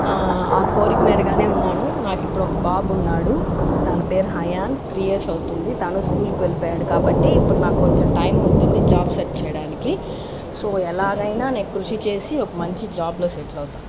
ఆ కోరిక మేరగానే ఉన్నాను నాకు ఇప్పుడు ఒక బాబు ఉన్నాడు తన మీరు అయాన్ త్రీ ఇయర్స్ అవుతుంది తను స్కూల్కి వెళ్ళిపోయాడు కాబట్టి నాకు ఇప్పుడు కొంచెం టైం ఉంటుంది జాబ్ సెర్చ్ చేయడానికి సో ఎలాగైనా నేను కృషి చేసి ఒక మంచి జాబ్లో సెటిల్ అవుతాను